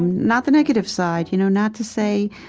not the negative side. you know not to say,